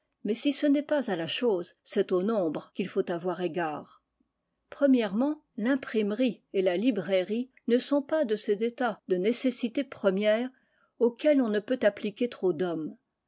mais si ce n'est pas à la chose c'est au nombre qu'il faut avoir égard limprimerie et la librairie ne sont pas de ces états de nécessité première auxquels on ne peut appliquer trop d'hommes